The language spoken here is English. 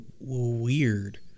weird